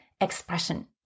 expression